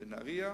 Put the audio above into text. בנהרייה,